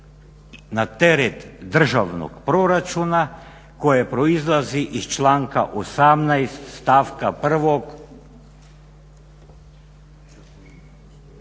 na teret državnog proračuna koje proizlazi iz članka 18. stavka 1.